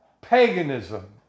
paganism